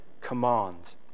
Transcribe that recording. command